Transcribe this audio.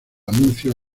anuncios